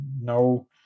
no